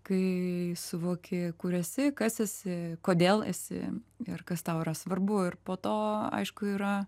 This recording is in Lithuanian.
kai suvoki kur esi kas esi kodėl esi ir kas tau yra svarbu ir po to aišku yra